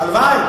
הלוואי,